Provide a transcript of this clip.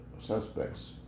Suspects